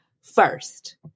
First